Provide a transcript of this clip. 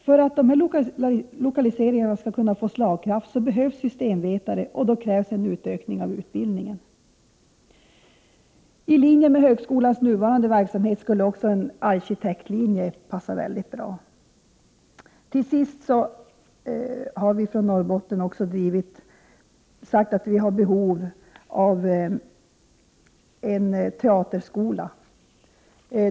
För att dessa lokaliseringar skall kunna få slagkraft behövs systemvetare, och då behövs en utökning av utbildningen. I linje med högskolans nuvarande verksamhet skulle det också vara mycket bra med en arkitektlinje. Jag vill slutligen tillägga att vi i Norrbotten har sagt att vi har ett behov av en teaterskola.